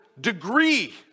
degree